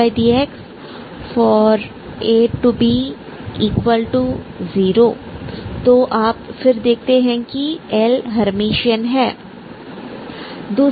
ab0 तो आप फिर देखते हैं कि L हेयरमिशन है